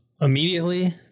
immediately